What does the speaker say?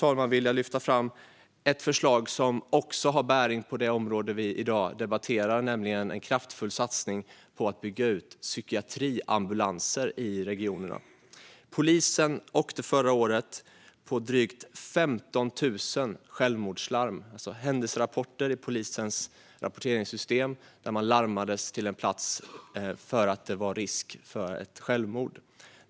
Jag vill lyfta fram ett förslag som också har bäring på det område vi i dag debatterar, nämligen en kraftfull satsning på att bygga ut psykiatriambulanser i regionerna. Polisen åkte förra året ut på drygt 15 000 självmordslarm, enligt händelserapporter i polisens rapporteringssystem. Man larmades till en plats för att det fanns risk för ett självmord.